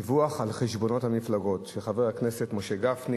(דיווח על חשבונות המפלגות) היא של חברי הכנסת משה גפני